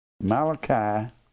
Malachi